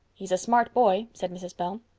he's a smart boy, said mrs. bell.